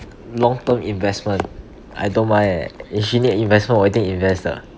long term investment I don't mind eh if she need an investment 我一定 invest 的